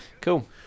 cool